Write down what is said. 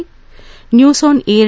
news on air